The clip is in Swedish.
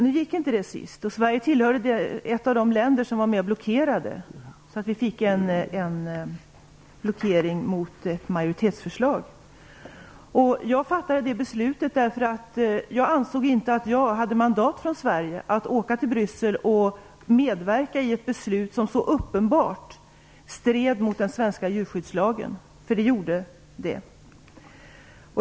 Det gick inte att få sådana senast, och Sverige var ett av de länder som blockerade ett majoritetsförslag. Jag fattade beslutet att göra det, därför att jag ansåg att jag inte hade mandat från Sverige att åka till Bryssel och medverka i ett beslut som så uppenbart stred mot den svenska djurskyddslagen - det gjorde det.